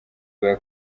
bwa